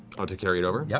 ah to carry it over? yeah